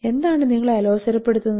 എന്താണ് നിങ്ങളെ അലോസരപ്പെടുത്തുന്നത്